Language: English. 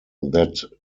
that